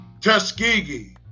Tuskegee